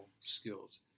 skills